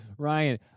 Ryan